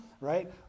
right